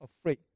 afraid